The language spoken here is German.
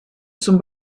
zum